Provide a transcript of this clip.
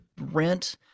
rent